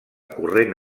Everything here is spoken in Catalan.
corrent